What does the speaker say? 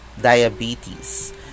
diabetes